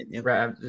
right